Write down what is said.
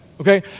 Okay